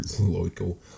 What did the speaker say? local